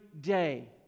day